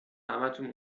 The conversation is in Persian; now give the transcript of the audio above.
همتون